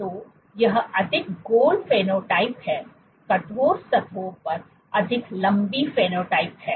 तो यह अधिक गोल फेनोटाइप है कठोर सतहों पर अधिक लम्बी फेनोटाइप है